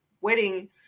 wedding